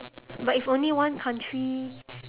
but if only one country